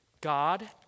God